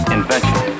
Invention